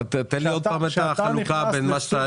תן לי עוד פעם את החלוקה בין מה שאתה